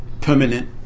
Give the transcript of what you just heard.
permanent